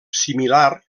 similar